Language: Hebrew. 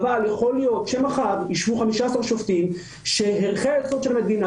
שאולי ערכי היסוד של המדינה,